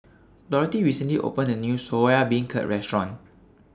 Dorthey recently opened A New Soya Beancurd Restaurant